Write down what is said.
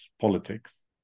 politics